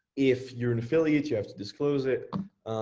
if you're an affiliate, you have to disclose it.